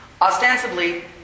Ostensibly